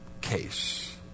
case